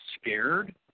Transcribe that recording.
scared